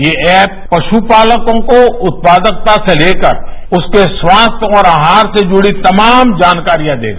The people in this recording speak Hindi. वेऐप पशुपालकों को उत्पादकता से लेकर उसके स्वास्थ्य और आहार से जुड़ी तमाम जानकारियांदेगा